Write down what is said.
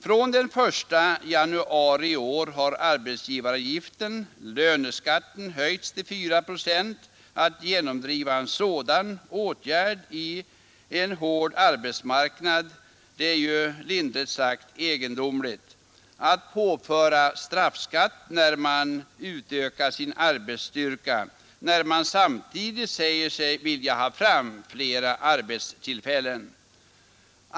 Från den 1 januari i år har arbetsgivaravgiften, löneskatten, höjts till 4 procent. Att genomdriva en sådan åtgärd i en hård arbetsmarknad är lindrigt sagt egendomligt. Det betyder ju att företagarna påförs straffskatt när de utökar sin arbetsstyrka, samtidigt som man från statens sida säger sig vilja ha fram flera arbetstillfällen.